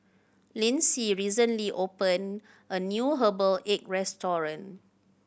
Lyndsey recently opened a new herbal egg restaurant